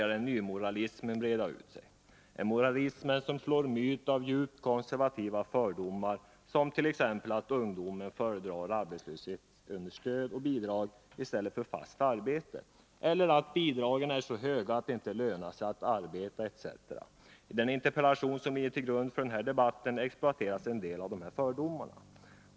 Det är en moralism som slår mynt av djupt konservativa fördomar som att ungdomar föredrar arbetslöshetsunderstöd och bidrag i stället för fast arbete, att 105 bidragen är så höga att det inte lönar sig att arbeta etc. I den interpellation som ligger till grund för denna debatt exploateras en del av dessa fördomar.